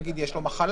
נגיד יש לו מחלה,